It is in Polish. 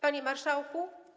Panie Marszałku!